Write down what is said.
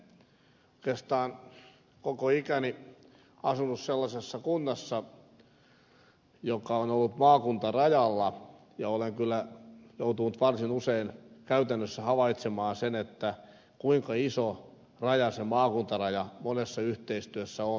oikeastaan olen koko ikäni asunut sellaisessa kunnassa joka on ollut maakuntarajalla ja olen kyllä joutunut varsin usein käytännössä havaitsemaan sen kuinka iso raja se maakuntaraja monessa yhteistyössä on